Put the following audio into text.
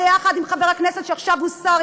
ביחד עם חבר הכנסת שעכשיו הוא שר,